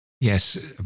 Yes